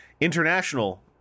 international